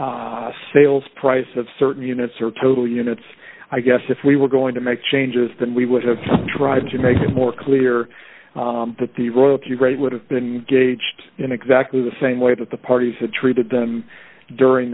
some sales price of certain units or total units i guess if we were going to make changes then we would have tried to make it more clear that the royalty rate would have been gauged in exactly the same way that the parties had treated them during